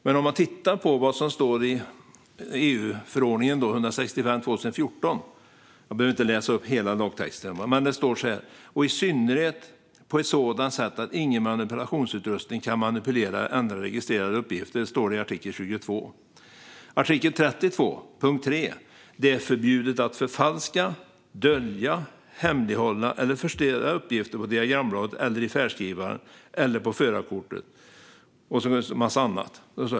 Man kan titta på vad som står i EU:s förordning 165/2014. Jag behöver inte läsa upp hela lagtexten, men så här står det i artikel 22: "och i synnerhet på ett sådant sätt att ingen manipulationsutrustning kan manipulera eller ändra registrerade uppgifter." I artikel 32.3 står det: "Det är förbjudet att förfalska, dölja, hemlighålla eller förstöra uppgifter på diagrambladet eller i färdskrivaren eller på förarkortet .